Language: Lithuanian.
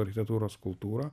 architektūros kultūra